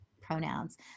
pronouns